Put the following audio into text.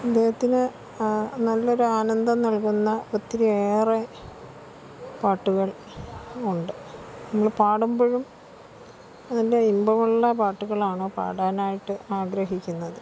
ഹൃദയത്തിന് നല്ല ഒരു ആനന്ദം നൽകുന്ന ഒത്തിരി ഏറെ പാട്ടുകൾ ഉണ്ട് നമ്മൾ പാടുമ്പോഴും നല്ല ഇമ്പമുള്ള പാട്ടുകളാണ് പാടാനായിട്ട് ആഗ്രഹിക്കുന്നത്